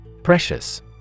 Precious